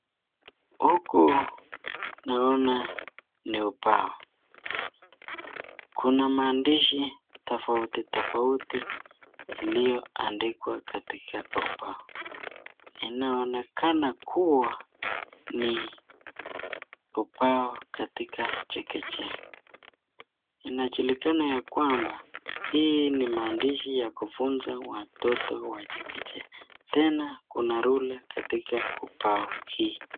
Huku naona ni ubao ,kuna maandishi tofauti tofauti iliyoandikwa katika ubao, inaonekana kuwa ni ubao katika chekechea. Inajulikana ya kwamba, hii ni maandishi ya kufunza watoto wa chekechea, tena kuna ruler katika ubao hii.